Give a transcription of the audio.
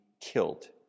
killed